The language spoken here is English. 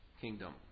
kingdom